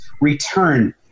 return